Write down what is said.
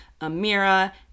Amira